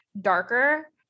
darker